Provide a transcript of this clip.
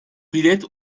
bilet